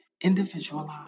individualized